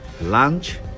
lunch